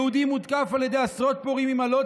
יהודי מותקף על ידי עשרות פורעים עם אלות,